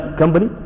company